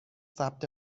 ثبت